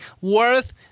worth